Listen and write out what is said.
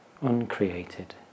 uncreated